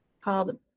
called